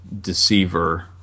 deceiver